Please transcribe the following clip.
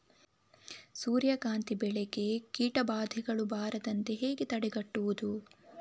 ಸೂರ್ಯಕಾಂತಿ ಬೆಳೆಗೆ ಕೀಟಬಾಧೆಗಳು ಬಾರದಂತೆ ಹೇಗೆ ತಡೆಗಟ್ಟುವುದು?